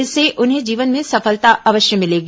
इससे उन्हें जीवन में सफलता अवश्य मिलेगी